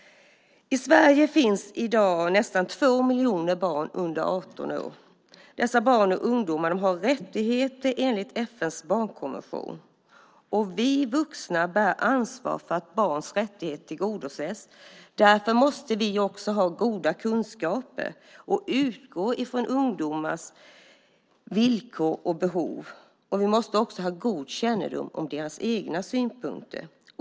I Sverige finns i dag nästan 2 miljoner barn under 18 år. Dessa barn och ungdomar har rättigheter enligt FN:s barnkonvention, och vi vuxna bär ansvar för att barns rättigheter tillgodoses. Därför måste vi också ha goda kunskaper och utgå från ungdomars villkor och behov. Vi måste också ha god kännedom om deras egna synpunkter.